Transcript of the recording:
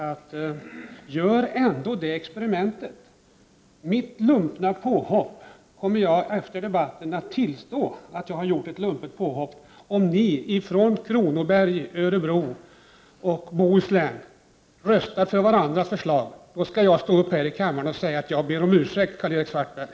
Om ni från Kronobergs, Örebro och Bohuslän röstar för varandras förslag, då kommer jag efter debatten att tillstå att jag har gjort ett lumpet påhopp. Då skall jag be om ursäkt här i kammaren, Karl-Erik Svartberg.